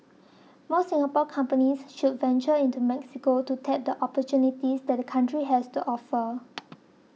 more Singapore companies should venture into Mexico to tap the opportunities that the country has to offer